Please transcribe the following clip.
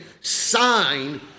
sign